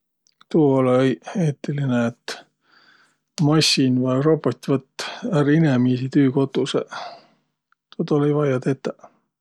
Tuu olõ-õi eetiline, et massin vai robot võtt ärq inemiisi tüükotusõq. Tuud olõ-õi vaia tetäq.